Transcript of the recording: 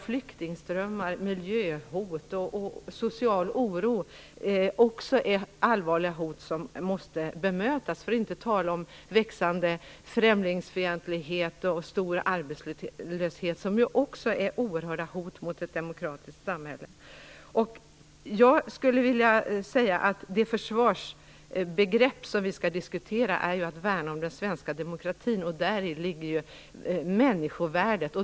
Flyktingströmmar, miljöhot och social oro är också allvarliga hot som måste bemötas, för att inte tala om växande främlingsfientlighet och stor arbetslöshet, som också är oerhörda hot mot ett demokratiskt samhälle. Jag skulle vilja säga att det försvarsbegrepp som vi skall diskutera handlar om att värna den svenska demokratin. Däri ligger människovärdet.